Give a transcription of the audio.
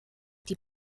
die